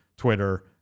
Twitter